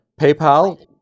PayPal